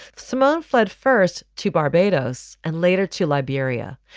simmons fled first to barbados and later to liberia.